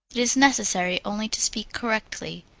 it is necessary only to speak correctly.